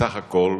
בסך הכול